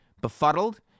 befuddled